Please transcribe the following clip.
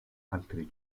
altre